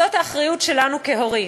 זאת האחריות שלנו כהורים.